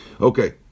Okay